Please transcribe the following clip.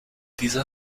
dieser